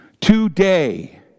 today